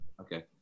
Okay